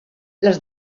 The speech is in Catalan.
les